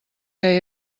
que